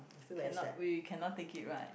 cannot we cannot take it right